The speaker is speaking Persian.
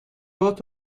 هات